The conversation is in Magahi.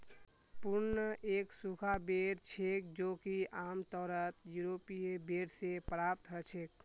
प्रून एक सूखा बेर छेक जो कि आमतौरत यूरोपीय बेर से प्राप्त हछेक